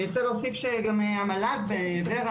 אני ארצה להוסיף שגם המל"ג וור"ה,